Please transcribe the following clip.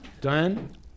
Diane